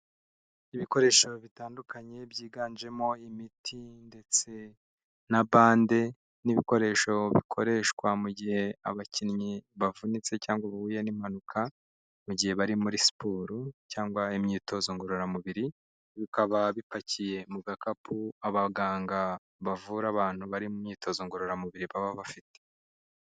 Ibikoresho bitandukanye byiganjemo imiti ndetse na bande n'ibikoresho bikoreshwa mu gihe abakinnyi bavunitse cyangwa bahuye n'impanuka mu gihe bari muri siporo cyangwa imyitozo ngororamubiri, bikaba bipakiye mu gakapu abaganga bavura abantu bari mu myitozo ngororamubiri baba bafite.